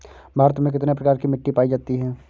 भारत में कितने प्रकार की मिट्टी पाई जाती है?